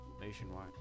Nationwide